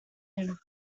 him